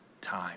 time